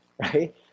right